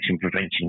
prevention